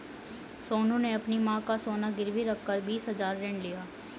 सोनू ने अपनी मां का सोना गिरवी रखकर बीस हजार ऋण लिया